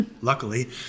luckily